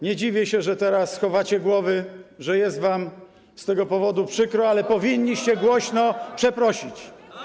Nie dziwię się, że teraz chowacie głowy, że jest wam z tego powodu przykro, ale powinniście głośno przeprosić.